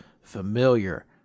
familiar